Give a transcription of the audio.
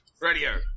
Radio